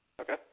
Okay